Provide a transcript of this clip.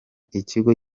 ikigo